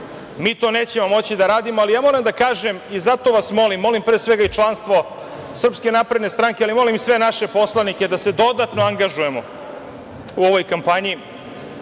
mi to nećemo moći da radimo. Moram da kažem, i zato vas molim, molim pre svega i članstvo Srpske napredne stranke, ali molim i sve naše poslanike da se dodatno angažujemo u ovoj kampanji